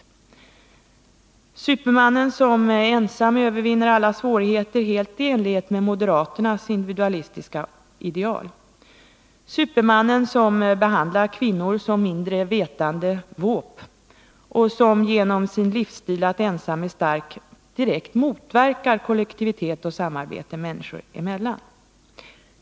Den handlar om supermannen som ensam övervinner alla svårigheter, helt i enlighet med moderaternas individualistiska ideal, supermannen som behandlar kvinnor som mindre vetande våp och som genom sin livsstil, dvs. ensam är stark, direkt motverkar kollektivitet och samarbete människor emellan.